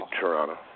Toronto